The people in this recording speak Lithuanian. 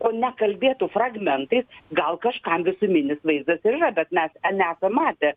o nekalbėtų fragmentais gal kažkam visuminis vaizdas ir yra bet mes nesam matę